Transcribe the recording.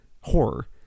horror